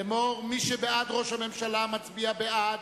לאמור: מי שבעד הודעת ראש הממשלה מצביע בעד,